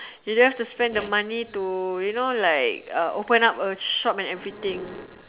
you don't have to spend the money to you know like uh open up the shop and everything